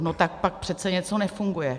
No tak pak přece něco nefunguje.